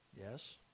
Yes